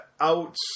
out